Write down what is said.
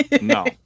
no